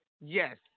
Yes